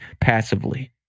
passively